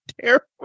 terrible